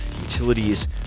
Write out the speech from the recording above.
utilities